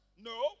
No